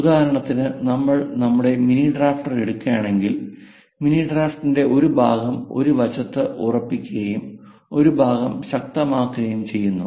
ഉദാഹരണത്തിന് നമ്മൾ നമ്മുടെ മിനി ഡ്രാഫ്റ്റർ എടുക്കുകയാണെങ്കിൽ മിനി ഡ്രാഫ്റ്ററിന്റെ ഒരു ഭാഗം ഒരു വശത്ത് ഉറപ്പിക്കുകയും ഒരു ഭാഗം ശക്തമാക്കുകയും ചെയ്യുന്നു